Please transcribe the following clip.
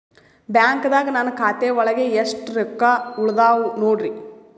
ಬ್ಯಾಂಕ್ದಾಗ ನನ್ ಖಾತೆ ಒಳಗೆ ಎಷ್ಟ್ ರೊಕ್ಕ ಉಳದಾವ ನೋಡ್ರಿ?